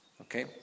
okay